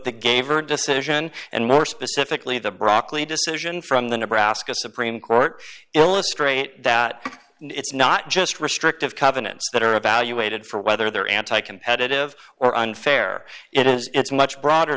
or decision and more specifically the broccoli decision from the nebraska supreme court illustrate that it's not just restrictive covenants that are evaluated for whether they're anti competitive or unfair it is it's much broader